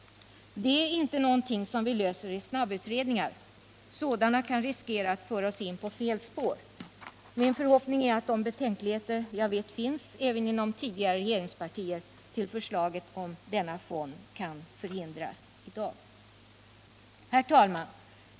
Det är inte någonting som vi löser i snabbutredningar. Sådana kan riskera att föra oss in på fel spår. Min förhoppning är att de betänkligheter jag vet finns även inom tidigare regeringspartier till förslaget om denna fond kan undanröjas i dag. Herr talman!